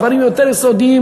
הדברים יותר יסודיים,